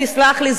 תסלח לי,